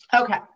okay